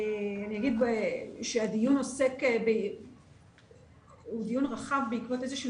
אני אגיד שהדיון הוא דיון רחב בעקבות איזשהו